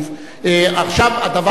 עכשיו הדבר תלוי בכם.